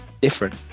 different